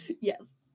Yes